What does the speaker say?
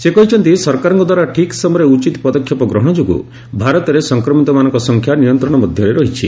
ସେ କହିଛନ୍ତି ସରକାରଙ୍କ ଦ୍ୱାରା ଠିକ୍ ସମୟରେ ଉଚିତ ପଦକ୍ଷେପ ଗ୍ରହଣ ଯୋଗୁଁ ଭାରତରେ ସଂକ୍ରମିତମାନଙ୍କ ସଂଖ୍ୟା ନିୟନ୍ତ୍ରଣ ମଧ୍ୟରେ ରହିଛି